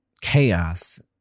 chaos